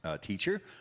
teacher